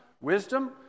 wisdom